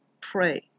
pray